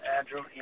Andrew